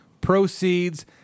proceeds